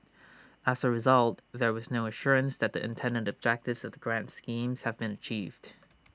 as A result there was no assurance that the intended objectives of the grant schemes had been achieved